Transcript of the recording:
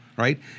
right